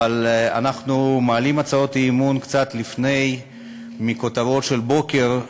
אבל אנחנו מעלים הצעות אי-אמון קצת לפני הכותרות של הבוקר,